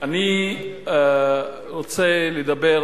אני רוצה לדבר,